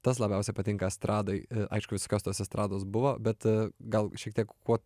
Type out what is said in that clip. tas labiausiai patinka estradoj aišku visokios tos estrados buvo bet gal šiek tiek kuo